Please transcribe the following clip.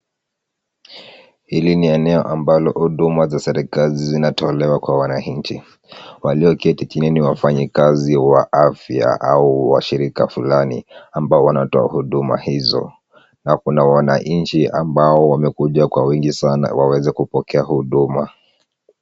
Hili ni eneo ambalo huduma za serikali zinatolewa kwa wananchi. Walioketi chini ni wafanyikazi wa afya au wa shirika fulani ambao wanatoa huduma hizo na kuna wananchi ambao wamekuja kwa wingi sana waweze kupokea huduma.